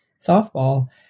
softball